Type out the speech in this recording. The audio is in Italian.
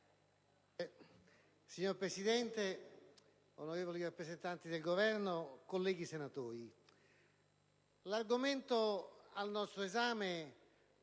Signora Presidente, onorevoli rappresentanti del Governo, colleghi senatori, l'argomento al nostro esame